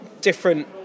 different